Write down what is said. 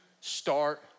start